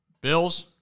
Bills